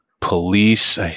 police